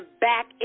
back